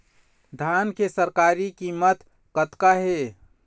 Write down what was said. धान के सरकारी कीमत कतका हे?